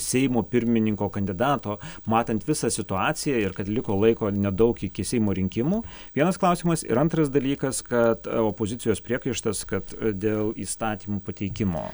seimo pirmininko kandidato matant visą situaciją ir kad liko laiko nedaug iki seimo rinkimų vienas klausimas ir antras dalykas kad opozicijos priekaištas kad dėl įstatymų pateikimo